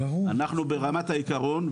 אנחנו ברמת העיקרון,